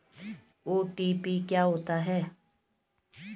OTP क्या होता है?